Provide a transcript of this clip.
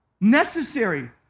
necessary